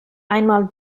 einmal